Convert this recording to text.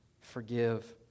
forgive